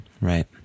Right